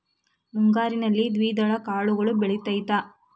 ಮುಂಗಾರಿನಲ್ಲಿ ದ್ವಿದಳ ಕಾಳುಗಳು ಬೆಳೆತೈತಾ?